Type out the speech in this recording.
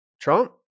Trump